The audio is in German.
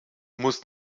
muss